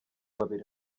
babiri